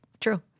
true